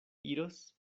iros